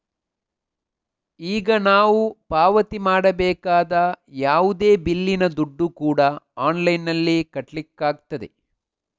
ಈಗ ನಾವು ಪಾವತಿ ಮಾಡಬೇಕಾದ ಯಾವುದೇ ಬಿಲ್ಲಿನ ದುಡ್ಡು ಕೂಡಾ ಆನ್ಲೈನಿನಲ್ಲಿ ಕಟ್ಲಿಕ್ಕಾಗ್ತದೆ